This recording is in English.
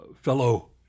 fellow